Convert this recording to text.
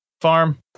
farm